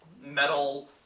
metal